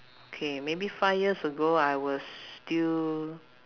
K maybe five years ago I was still